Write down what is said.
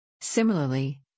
Similarly